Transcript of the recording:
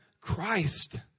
Christ